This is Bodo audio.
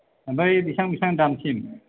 ओमफ्राय बिसिबां बिसिबां दामसिम